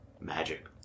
Magic